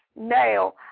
now